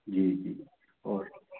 जी जी और